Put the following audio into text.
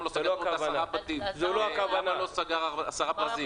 לא סגרת עשרה ברזים.